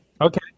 Okay